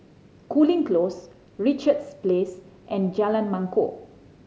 Cooling Close Richards Place and Jalan Mangkok